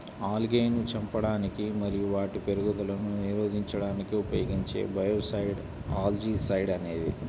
ఆల్గేను చంపడానికి మరియు వాటి పెరుగుదలను నిరోధించడానికి ఉపయోగించే బయోసైడ్ ఆల్జీసైడ్ అనేది